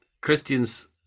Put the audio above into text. Christians